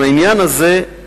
עם העניין הזה,